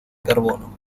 carbono